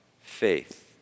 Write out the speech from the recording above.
faith